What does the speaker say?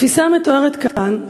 התפיסה המתוארת כאן,